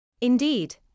Indeed